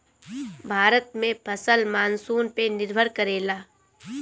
भारत में फसल मानसून पे निर्भर करेला